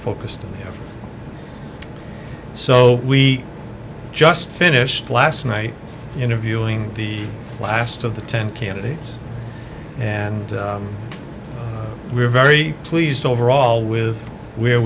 focused so we just finished last night interviewing the last of the ten candidates and we're very pleased overall with where